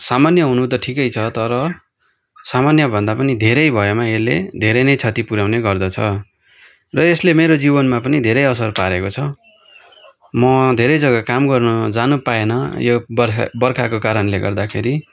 सामान्य हुनु त ठिकै छ तर सामान्यभन्दा पनि धेरै भएमा यसले धेरै नै क्षति पुऱ्याउने गर्दछ र यसले मेरो जीवनमा पनि धेरै असर पारेको छ म धेरै जग्गा काम गर्न जानु पाएन यो बर्खा बर्खाको कारणले गर्दाखेरि